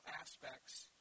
aspects